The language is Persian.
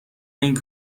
این